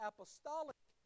Apostolic